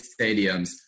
stadiums